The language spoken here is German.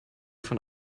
von